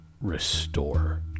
restore